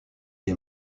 les